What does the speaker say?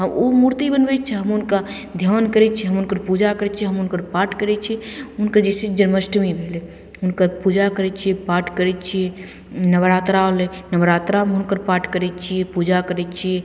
हँ ओ मूर्ति बनबय छै हम हुनका ध्यान करय छियै हम हुनकर पूजा करय छियै हम हुनकर पाठ करय छियै हुनकर जे छै जन्माष्टमी भेलय हुनकर पूजा करय छियै पाठ करय छियै नवरात्रा होलय नवरात्रामे हुनकर पाठ करय छियै पूजा करय छियै